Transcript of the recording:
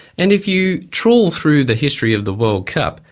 and if you trawl through the history of the world cup,